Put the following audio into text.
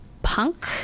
punk